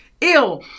ill